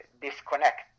disconnect